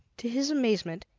to his amazement,